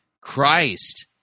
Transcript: Christ